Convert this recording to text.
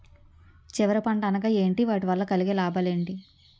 చివరి పంట అనగా ఏంటి వాటి వల్ల కలిగే లాభాలు ఏంటి